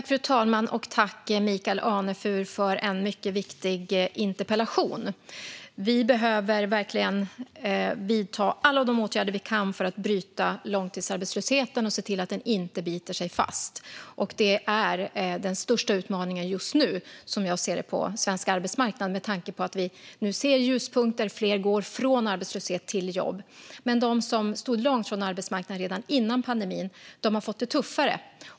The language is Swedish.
Fru talman! Tack, Michael Anefur, för en mycket viktig interpellation! Vi behöver verkligen vidta alla åtgärder vi kan för att bryta långtidsarbetslösheten och se till att den inte biter sig fast. Det är som jag ser det den största utmaningen på svensk arbetsmarknad just nu med tanke på att vi nu ser ljuspunkter - fler går från arbetslöshet till jobb - men också att de som stod långt från arbetsmarknaden redan före pandemin har fått det tuffare.